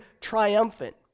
triumphant